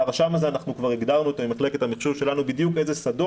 את הרשם הזה אנחנו כבר הגדרנו עם מחלקת המחשוב שלנו בדיוק איזה שדות,